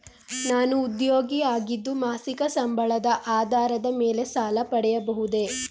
ನಾನು ಉದ್ಯೋಗಿ ಆಗಿದ್ದು ಮಾಸಿಕ ಸಂಬಳದ ಆಧಾರದ ಮೇಲೆ ಸಾಲ ಪಡೆಯಬಹುದೇ?